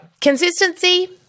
consistency